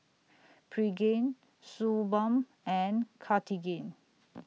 Pregain Suu Balm and Cartigain